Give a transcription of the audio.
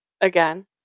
again